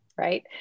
Right